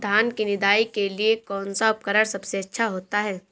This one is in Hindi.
धान की निदाई के लिए कौन सा उपकरण सबसे अच्छा होता है?